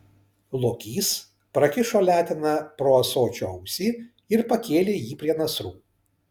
lokys prakišo leteną pro ąsočio ausį ir pakėlė jį prie nasrų